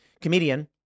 comedian